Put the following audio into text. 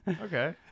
okay